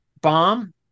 bomb